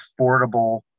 affordable